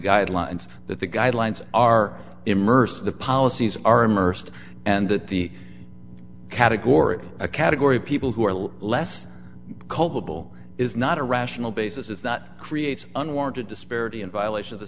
guidelines that the guidelines are immersed in the policies are immersed and that the category a category of people who are a lot less culpable is not a rational basis is that creates unwarranted disparity in violation of the